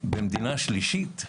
במדינה שלישית,